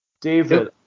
David